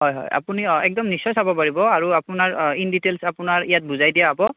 হয় হয় আপুনি একদম নিশ্চয় চাব পাৰিব আৰু আপোনাৰ ইন ডিটেইলচ আপোনাৰ ইয়াত বুজাই দিয়া হ'ব